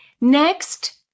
Next